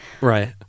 right